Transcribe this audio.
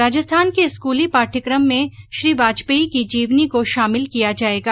राजस्थान के स्कूली पाठयकम में श्री वाजपेयी की जीवनी को शामिल किया जाएगा